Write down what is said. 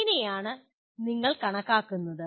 അങ്ങനെയാണ് നിങ്ങൾ കണക്കാക്കുന്നത്